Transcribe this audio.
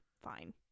fine